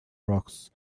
rocks